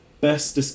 Best